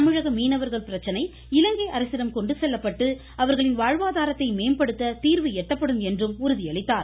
தமிழக மீனவர்கள் பிரச்சனை இலங்கை அரசிடம் கொண்டு செல்லப்பட்டு அவர்களின் வாழ்வாதாரத்தை மேம்படுத்த தீர்வு எட்டப்படும் என்று உறுதியளித்தார்